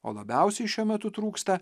o labiausiai šiuo metu trūksta